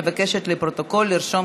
קביעת תסקיר מבחן לחיילים),